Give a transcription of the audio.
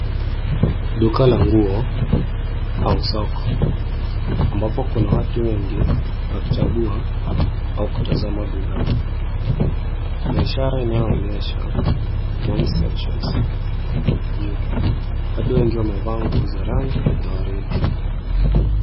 Duka la nguo au soko ambapo kuna watu wengi wakichagua au kutazama bidhaa kuna ishara inayo onyesha mens sections juu watu wengi wamevaa nguo za rangi ya waridi.